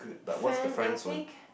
friend I think